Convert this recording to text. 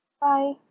Bye